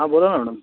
हां बोला ना मॅडम